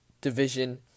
division